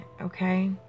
okay